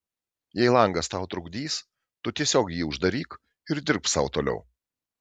jei langas tau trukdys tu tiesiog jį uždaryk ir dirbk sau toliau